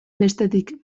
bestetik